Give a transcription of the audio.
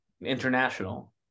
international